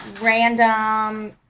random